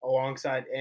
Alongside